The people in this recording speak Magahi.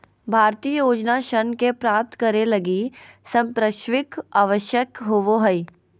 भारतीय योजना ऋण के प्राप्तं करे लगी संपार्श्विक आवश्यक होबो हइ